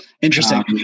Interesting